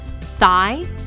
thigh